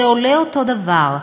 זה עולה אותו דבר,